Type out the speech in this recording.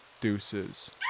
Deuces